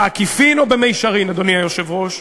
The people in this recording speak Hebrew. בעקיפין או במישרין, אדוני היושב-ראש,